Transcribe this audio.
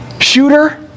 Shooter